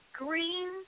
green